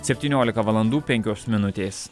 septyniolika valandų penkios minutės